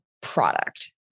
product